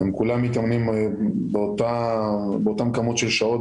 כולם מתאמנים באותה כמות של שעות,